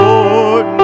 Lord